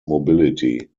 mobility